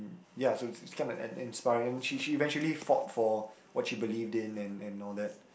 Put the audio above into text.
ya so is is kind of in~ in~ inspiring she she eventually fought for what she believed in and and all that